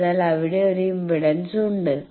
അതിനാൽ അവിടെ ഒരു ഇംപെഡൻസ് ഉണ്ട്